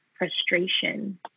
frustration